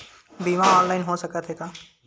बीमा ऑनलाइन हो सकत हे का?